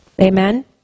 Amen